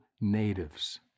natives